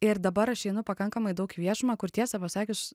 ir dabar aš einu pakankamai daug į viešumą kur tiesą pasakius